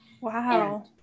Wow